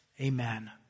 amen